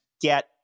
get